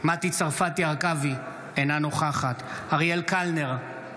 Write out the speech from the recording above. מטי צרפתי הרכבי, אינה נוכחת אריאל קלנר,